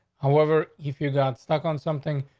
however, if you got stuck on something,